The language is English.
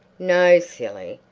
no, silly.